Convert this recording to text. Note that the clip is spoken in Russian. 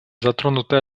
затронуты